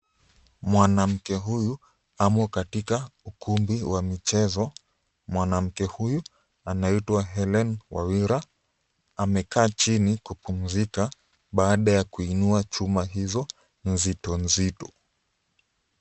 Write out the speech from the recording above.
Mwanamke huyu amo katika ukumbi wa michezo, mwanamke huyu anaitwa Hellen Wawira amekaa chini kupumzika baada ya kuinua chuma hizo nzito nzito.